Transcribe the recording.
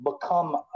become